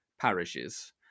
parishes